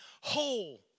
whole